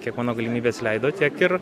kiek mano galimybės leido tiek ir